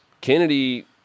Kennedy